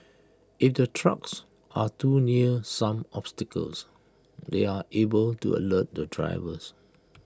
if the trucks are too near some obstacles they are able to alert the drivers